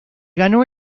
ganó